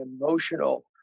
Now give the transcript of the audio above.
emotional